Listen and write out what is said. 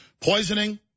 poisoning